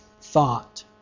thought